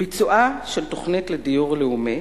"ביצועה של תוכנית לדיור לאומי